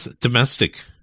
Domestic